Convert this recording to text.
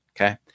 Okay